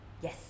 yes